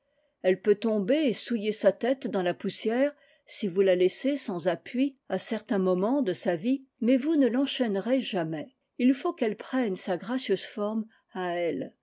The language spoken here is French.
elle peut tomber et souiller sa tête dans la poussière si vous la laissez sans appui à certains moments de sa vie mais vous ne l'enchaînerez jamais il faut qu'elle prenne sa gracieuse forme à elle